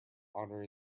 honour